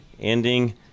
ending